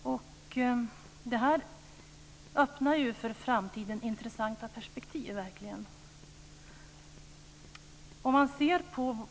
Det här öppnar för framtiden verkligen intressanta perspektiv.